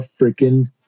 freaking